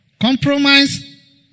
Compromise